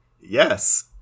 Yes